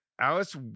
Alice